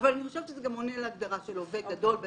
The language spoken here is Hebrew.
אני חושבת שזה גם עונה להגדרה של לווה גדול.